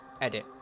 Edit